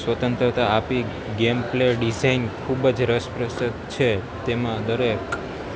સ્વતંત્રતા આપી game play design ખૂબ જ રસપ્રદ છે તેમાં દરકે